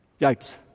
Yikes